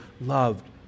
loved